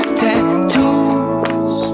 tattoos